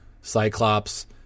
Cyclops